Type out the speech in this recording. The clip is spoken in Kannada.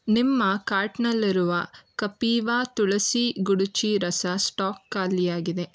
ನಿಮ್ಮ ಕಾರ್ಟ್ನಲ್ಲಿರುವ ಕಪೀವಾ ತುಳಸಿ ಗುಡುಚಿ ರಸ ಸ್ಟಾಕ್ ಖಾಲಿಯಾಗಿದೆ